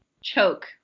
choke